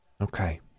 Okay